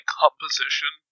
composition